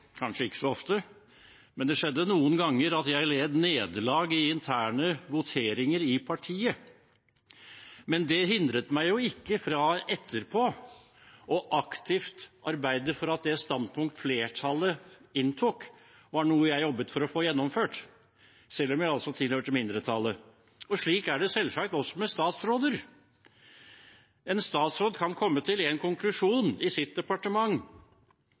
kanskje ikke så ofte – at jeg led nederlag i interne voteringer i partiet. Men det hindret meg ikke etterpå fra å arbeide aktivt for at det standpunktet flertallet inntok, skulle bli gjennomført. Det var noe jeg jobbet for å få gjennomført, selv om jeg altså tilhørte mindretallet. Slik er det selvsagt også med statsråder. En statsråd kan komme til én konklusjon i sitt departement,